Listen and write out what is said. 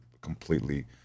completely